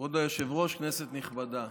כבוד היושבת-ראש, כנסת נכבדה,